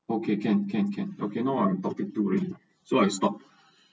okay can can can okay now I’m topic two already so I stopped